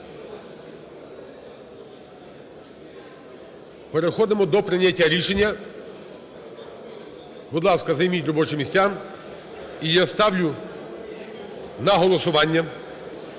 переходимо до прийняття рішення. Будь ласка, займіть робочі місця! І я ставлю на голосування